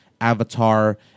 avatar